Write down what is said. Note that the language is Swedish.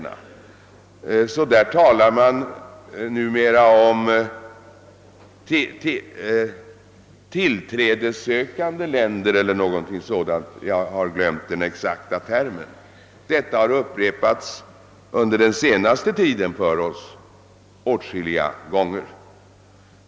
Och på västtysk sida talar man numera om »tillträdesvilliga» länder eller något dylikt. Dessa synpunkter har under den senaste tiden upprepats för oss åtskilliga gånger.